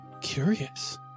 Curious